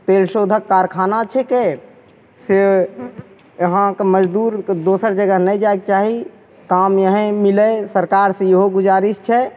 तेल शोधक कारखाना छैके से यहाँके मजदूरके दोसर जगह नहि जाइके चाही काम यहेँ मिलै सरकार से ईहो गुजारिश छै